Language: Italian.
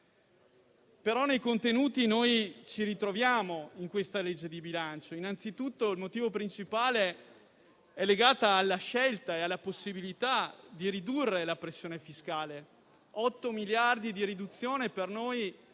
però nei contenuti di questa legge di bilancio. Il motivo principale è legato alla scelta e alla possibilità di ridurre la pressione fiscale; 8 miliardi di riduzione per noi